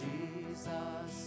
Jesus